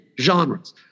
genres